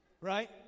right